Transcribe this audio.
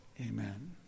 Amen